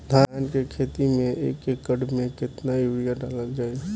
धान के खेती में एक एकड़ में केतना यूरिया डालल जाई?